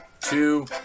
two